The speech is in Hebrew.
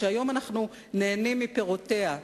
שהיום אנחנו נהנים מפירותיה,